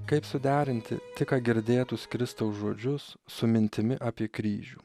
kaip suderinti tik ką girdėtus kristaus žodžius su mintimi apie kryžių